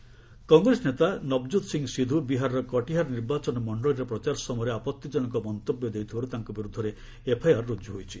Bihar FIR Congress ନେତା ନବଜୋତ୍ ସିଂ ସିଧୁ ବିହାରର କଟିହାର୍ ନିର୍ବାଚନ ମଣ୍ଡଳୀରେ ପ୍ରଚାର ସମୟରେ ଆପଭିଜନକ ମନ୍ତବ୍ୟ ଦେଇଥିବାରୁ ତାଙ୍କ ବିରୁଦ୍ଧରେ ଏଫ୍ଆଇଆର୍ ରୁଜୁ ହୋଇଛି